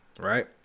right